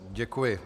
Děkuji.